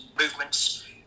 movements